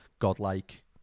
Godlike